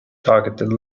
targeted